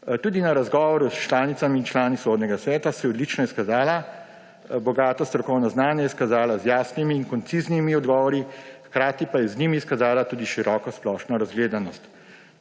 Tudi na razgovoru s članicami in člani Sodnega sveta se je odlično izkazala, bogato strokovno znanje je izkazala z jasnimi in konciznimi odgovori, hkrati pa je z njimi izkazala tudi široko splošno razgledanost.